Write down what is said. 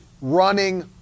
running